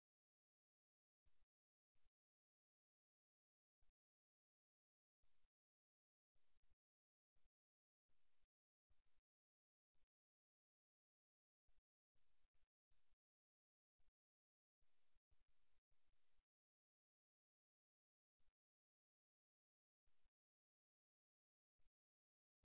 இதற்கு நேர்மாறாக கால்விரல்கள் உள்நோக்கிச் செல்லும்போது ஒரு குறிப்பிட்ட சாந்தத்தன்மையைக் காட்டுகிறது மேலும் இது உரையாடல்களின் போது மற்ற ஆதிக்க பங்காளியால் வழிநடத்தப்படுவதற்கான நமது விருப்பத்தை இது குறிக்கிறது